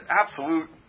absolute